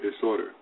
Disorder